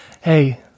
Hey